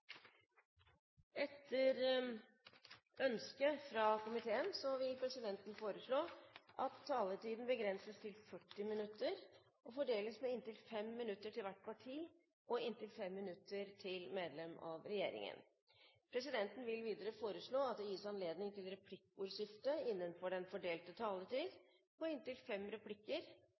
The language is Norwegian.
Etter ønske fra komiteen vil presidenten foreslå at taletiden begrenses til 40 minutter og fordeles med inntil 5 minutter til hvert parti og inntil 5 minutter til medlem av regjeringen. Videre vil presidenten foreslå at det gis anledning til replikkordskifte på inntil fem replikker med svar etter innlegget fra medlem av regjeringen innenfor den fordelte taletid.